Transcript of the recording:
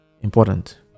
important